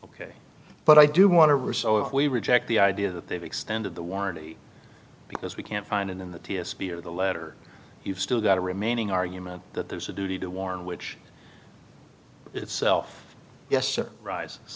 ok but i do want to or so if we reject the idea that they've extended the warranty because we can't find it in the t s p or the letter you've still got a remaining argument that there's a duty to warn which itself yes it rise